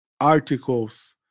articles